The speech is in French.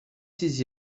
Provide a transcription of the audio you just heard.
six